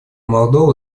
молдова